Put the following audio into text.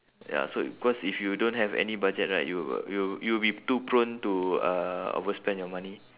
ya so cause if you don't have any budget right you'll you'll you'll be too prone to uh overspend your money